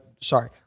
sorry